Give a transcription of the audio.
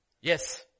Yes